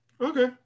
Okay